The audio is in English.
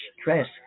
stress